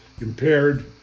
impaired